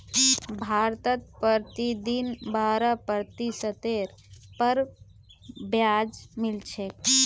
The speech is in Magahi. भारतत प्रतिदिन बारह प्रतिशतेर पर ब्याज मिल छेक